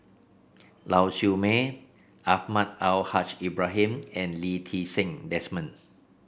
Lau Siew Mei Almahdi Al Haj Ibrahim and Lee Ti Seng Desmond